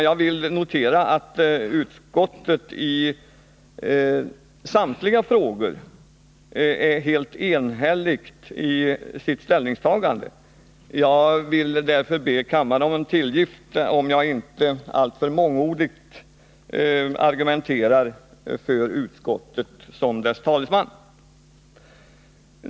Jag vill notera att utskottet i samtliga frågor är enigt i sitt ställningstagande. Därför ber jag kammaren om tillgift för att jag såsom utskottets talesman inte alltför mångordigt argumenterar för utskottet.